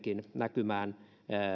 tulee kuitenkin näkymään